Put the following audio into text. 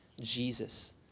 Jesus